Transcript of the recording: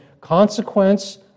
consequence